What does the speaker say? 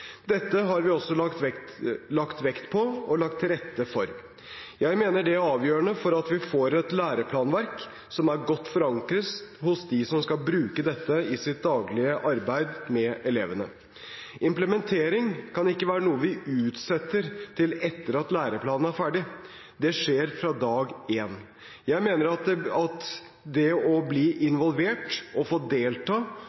Dette har vi også lagt til rette for. Jeg mener det er avgjørende for at vi får et læreplanverk som er godt forankret hos dem som skal bruke dette i sitt daglige arbeid med elevene. Implementering kan ikke være noe vi utsetter til etter at læreplanene er ferdige, det skjer fra dag én. Jeg mener at det å bli involvert, å